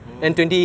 orh